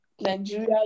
Nigeria